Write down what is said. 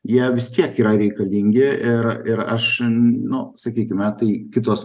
jie vis tiek yra reikalingi ir ir aš nu sakykime tai kitos